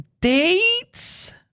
dates